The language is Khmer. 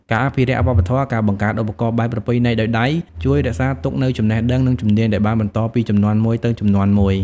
ការអភិរក្សវប្បធម៌ ការបង្កើតឧបករណ៍បែបប្រពៃណីដោយដៃ ជួយរក្សាទុកនូវចំណេះដឹង និងជំនាញដែលបានបន្តពីជំនាន់មួយទៅជំនាន់មួយ។